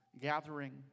gathering